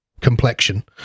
complexion